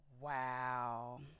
Wow